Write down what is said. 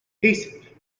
hastened